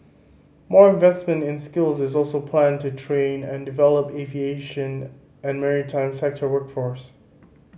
more investment in skills is also planned to train and develop the aviation and maritime sector workforce